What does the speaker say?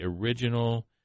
original